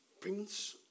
Prince